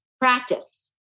practice